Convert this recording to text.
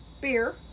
Beer